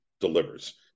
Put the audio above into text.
delivers